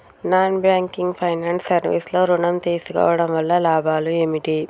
Non banking finance service లో ఋణం తీసుకోవడం వల్ల లాభాలు ఏమిటి?